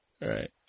right